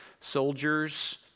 soldiers